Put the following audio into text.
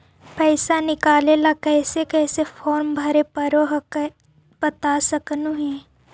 पैसा निकले ला कैसे कैसे फॉर्मा भरे परो हकाई बता सकनुह?